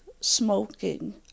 smoking